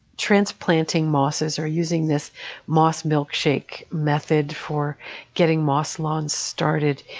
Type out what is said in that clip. transplanting mosses, or using this moss milkshake method for getting moss lawns started